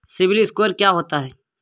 CIBIL score क्या होता है?